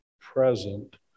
present